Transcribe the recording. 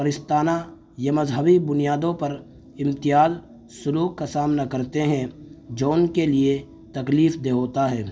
پرستانہ یا مذہبی بنیادوں پر امتیازی سلوک کا سامنا کرتے ہیں جو ان کے لیے تکلیف دہ ہوتا ہے